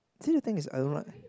didn't you think is I don't like